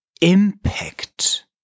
Impact